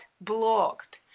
blocked